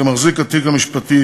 כמחזיק התיק המשפטי